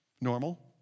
Normal